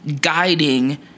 Guiding